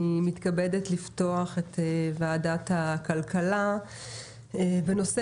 אני מתכבדת לפתוח את ועדת הכלכלה בנושא